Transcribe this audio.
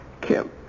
Kim